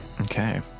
Okay